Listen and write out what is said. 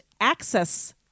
access